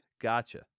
Gotcha